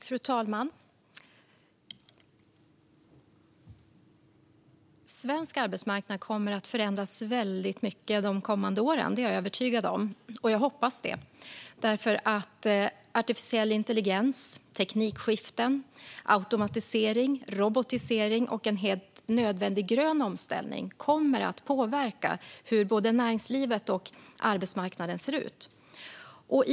Fru talman! Svensk arbetsmarknad kommer att förändras väldigt mycket de kommande åren. Det är jag övertygad om. Jag hoppas också på det. Artificiell intelligens, teknikskiften, automatisering, robotisering och en helt nödvändig grön omställning kommer nämligen att påverka hur både näringslivet och arbetsmarknaden kommer att se ut.